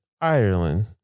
Ireland